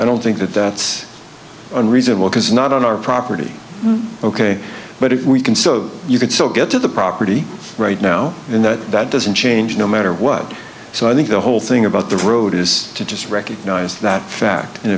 i don't think that that's unreasonable because not on our property ok but if we can so you could still get to the property right now and that doesn't change no matter what so i think the whole thing about the road is to just recognize that fact and